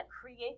create